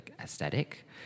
aesthetic